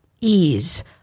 ease